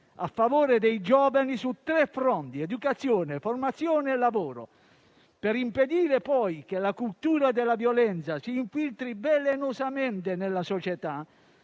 a favore dei giovani su tre fronti: educazione, formazione e lavoro. Per impedire poi che la cultura della violenza si infiltri velenosamente nella società,